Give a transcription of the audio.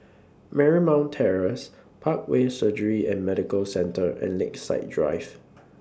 Marymount Terrace Parkway Surgery and Medical Centre and Lakeside Drive